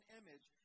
image